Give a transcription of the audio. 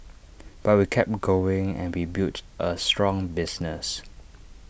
but we kept going and we built A strong business